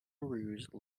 rouge